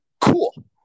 Cool